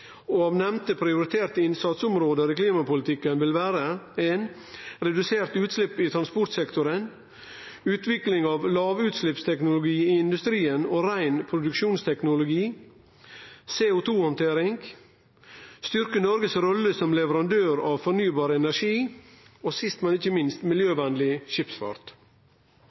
transportplan. Av nemnde prioriterte innsatsområde i klimapolitikken vil vere: reduserte utslepp i transportsektoren utvikling av lågutsleppsteknologi i industrien og rein produksjonsteknologi CO2-handtering styrking av Noregs rolle som leverandør av fornybar energi og sist, men ikkje minst: miljøvenleg skipsfart